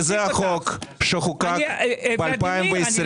כי זה החוק שחוקק ב-2020.